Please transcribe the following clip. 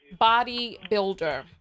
bodybuilder